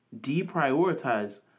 deprioritize